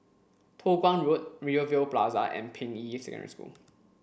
Toh Guan Road Rivervale Plaza and Ping Yi Secondary School